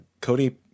Cody